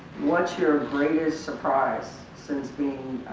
what's your greatest surprise since being